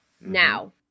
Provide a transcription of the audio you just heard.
Now